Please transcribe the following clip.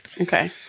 okay